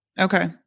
Okay